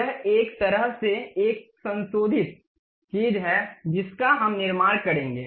यह एक तरह से एक संशोधित चीज है जिसका हम निर्माण करेंगे